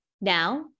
Now